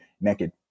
naked